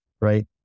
right